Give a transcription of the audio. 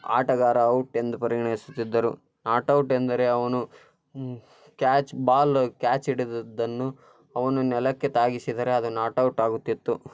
ಆಟಗಾರ ಔಟ್ ಎಂದು ಪರಿಗಣಿಸುತ್ತಿದ್ದರು ನಾಟ್ ಔಟ್ ಎಂದರೆ ಅವನು ಕ್ಯಾಚ್ ಬಾಲು ಕ್ಯಾಚ್ ಹಿಡಿದಿದ್ದನ್ನು ಅವನು ನೆಲಕ್ಕೆ ತಾಗಿಸಿದರೆ ಅದು ನಾಟ್ ಔಟ್ ಆಗುತ್ತಿತ್ತು